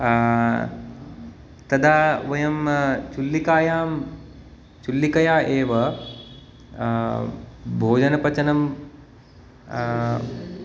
तदा वयं चुल्लिकायां चुल्लिकया एव भोजनं पचनं